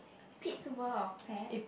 Pete's World of Pet